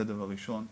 זה דבר ראשון.